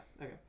okay